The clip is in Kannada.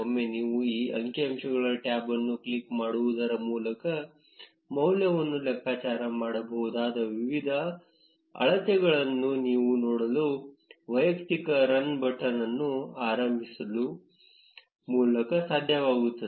ಒಮ್ಮೆ ನೀವು ಈ ಅಂಕಿಅಂಶಗಳ ಟ್ಯಾಬ್ ಅನ್ನು ಕ್ಲಿಕ್ ಮಾಡುವುದರ ಮೂಲಕ ಮೌಲ್ಯವನ್ನು ಲೆಕ್ಕಾಚಾರ ಮಾಡಬಹುದಾದ ವಿವಿಧ ಅಳತೆಗಳನ್ನು ನೀವು ನೋಡಲು ವೈಯಕ್ತಿಕ ರನ್ ಬಟನ್ ಅನ್ನು ಆರಂಭಿಸುವ ಮೂಲಕ ಸಾಧ್ಯವಾಗುತ್ತದೆ